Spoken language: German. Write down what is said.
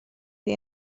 die